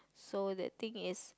so that thing is